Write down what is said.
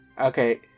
Okay